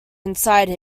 inside